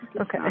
Okay